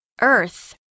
Earth